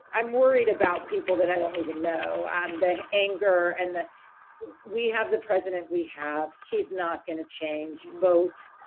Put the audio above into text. i'm worried about people that i don't even know and the anger and the we have the president. we have he's not going to change. vote,